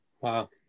Wow